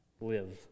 live